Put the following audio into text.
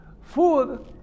Food